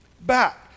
back